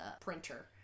printer